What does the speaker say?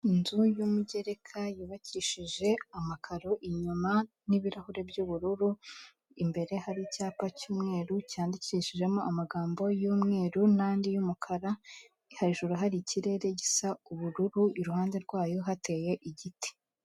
Inzu y'umugereka yubakishije amakaro inyuma n'ibirahuri by'ubururu, imbere hari icyapa cy'umweru cyandikishijemo amagambo y'umweru n'andi y'umukara. Hejuru hari ikirere gisa ubururu, iruhande rwayo hateye igiti.